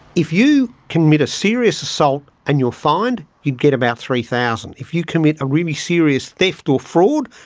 if you commit a serious assault and you are fined, you'd get about three thousand dollars. if you commit a really serious theft or fraud,